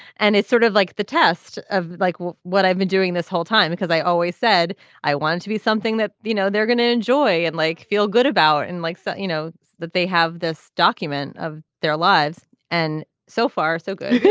and it's sort of like the test of like what i've been doing this whole time because i always said i wanted to be something that you know they're going to enjoy and like feel good about it and like so you know that they have this document of their lives and so far so good.